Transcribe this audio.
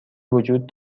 وجود